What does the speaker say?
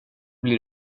blir